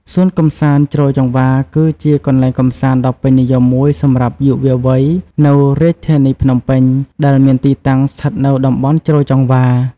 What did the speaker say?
សួនកម្សាន្តជ្រោយចង្វារ គឺជាកន្លែងកម្សាន្តដ៏ពេញនិយមមួយសម្រាប់យុវវ័យនៅរាជធានីភ្នំពេញ ដែលមានទីតាំងស្ថិតនៅតំបន់ជ្រោយចង្វារ។